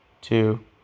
two